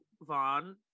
Vaughn